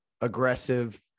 aggressive